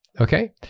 Okay